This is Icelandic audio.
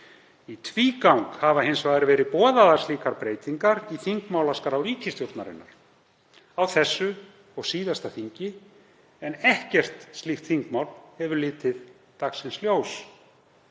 Í tvígang hafa hins vegar verið boðaðar slíkar breytingar í þingmálaskrá ríkisstjórnarinnar, á þessu og síðasta þingi, en ekkert slíkt þingmál hefur litið dagsins ljós.